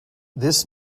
this